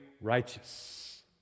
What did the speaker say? righteous